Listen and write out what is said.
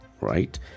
right